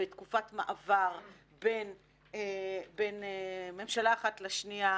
בתקופת מעבר בין ממשלה אחת לשנייה,